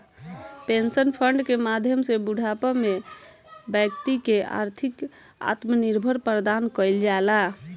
pension fund के माध्यम से बूढ़ापा में बैक्ति के आर्थिक आत्मनिर्भर प्रदान कईल जाला